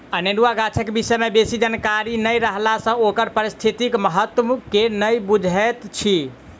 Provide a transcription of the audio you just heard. अनेरुआ गाछक विषय मे बेसी जानकारी नै रहला सँ ओकर पारिस्थितिक महत्व के नै बुझैत छी